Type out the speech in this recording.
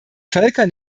völker